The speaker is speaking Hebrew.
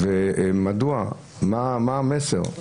מה המסר?